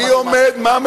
על